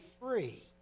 free